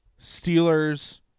Steelers